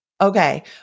Okay